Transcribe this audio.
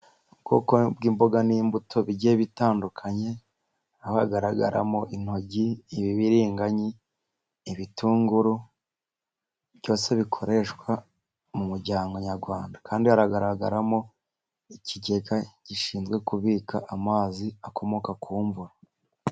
Ubwoko bw'imboga n'imbuto bigiye bitandukanye hagaragaramo: intogi, ibibiringanyi, ibitunguru byose bikoreshwa mu muryango nyarwanda kandi hagaragaramo ikigega gishinzwe kubika amazi akomoka ku imvura.